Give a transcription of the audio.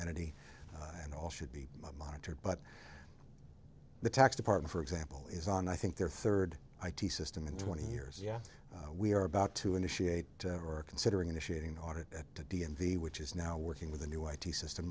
entity and all should be monitored but the tax department for example is on i think their third i d system in twenty years yeah we are about to initiate or considering initiating audit at the d m v which is now working with a new id system